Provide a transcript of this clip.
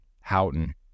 Houghton